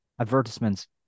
advertisements